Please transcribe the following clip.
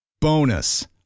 Bonus